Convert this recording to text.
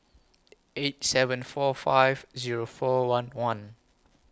eight seven four five Zero four one one